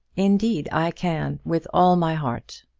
indeed i can with all my heart.